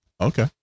Okay